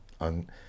on